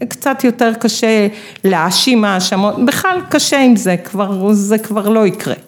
קצת יותר קשה להאשים האשמות, בכלל קשה עם זה, כבר, זה כבר לא יקרה.